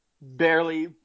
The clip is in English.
Barely